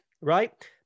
right